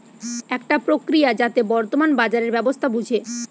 একটা প্রক্রিয়া যাতে বর্তমান বাজারের ব্যবস্থা বুঝে